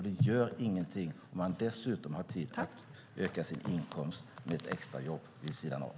Det gör ingenting om man dessutom har tid att öka sin inkomst genom ett extrajobb vid sidan av.